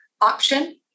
option